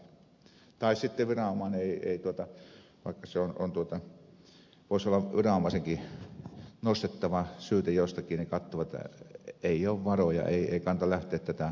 tai sitten viranomaiset vaikka voisi olla viranomaisenkin nostettava syyte jostakin katsovat että ei ole varoja ei kannata lähteä tätä tonkimaan